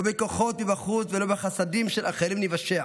לא בכוחות מבחוץ ולא בחסדים של אחרים ניוושע.